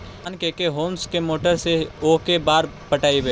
धान के के होंस के मोटर से औ के बार पटइबै?